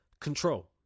Control